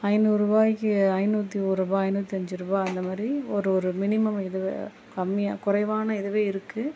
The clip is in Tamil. ஐந்நூறு ருவாய்க்கு ஐந்நூற்றி ஒருபா ஐநூற்றி அஞ்சுருபா அந்தமாதிரி ஒரு ஒரு மினிமம் இது கம்மியாக குறைவான இதுவே இருக்குது